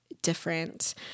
different